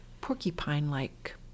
porcupine-like